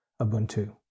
Ubuntu